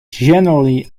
generally